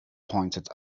pointed